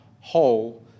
whole